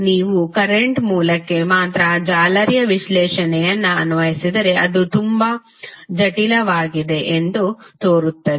ನೀವು ಕರೆಂಟ್ ಮೂಲಕ್ಕೆ ಮಾತ್ರ ಜಾಲರಿಯ ವಿಶ್ಲೇಷಣೆಯನ್ನು ಅನ್ವಯಿಸಿದರೆ ಅದು ತುಂಬಾ ಜಟಿಲವಾಗಿದೆ ಎಂದು ತೋರುತ್ತದೆ